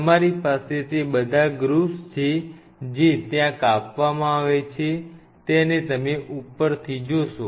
તમારી પાસે તે બધા ગ્રુવ્સ છે જે ત્યાં કાપવામાં આવે છે તેને તમે ઉપરથી જોશો